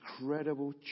incredible